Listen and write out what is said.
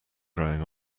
growing